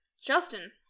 Justin